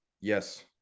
Yes